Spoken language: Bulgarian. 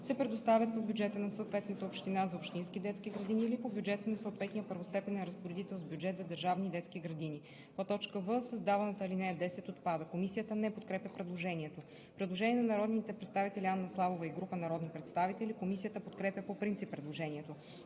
се предоставят по бюджета на съответната община – за общински детски градини или по бюджета на съответния първостепенен разпоредител с бюджет – за държавни детски градини.“ в) създаваната ал. 10 – отпада.“ Комисията не подкрепя предложението. Предложение на народния представител Анна Славова и група народни представители. Комисията подкрепя по принцип предложението.